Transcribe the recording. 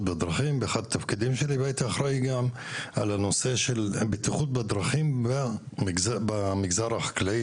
בדרכים והייתי אחראי גם על הנושא של הבטיחות בדרכים במגזר החקלאי,